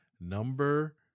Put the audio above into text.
number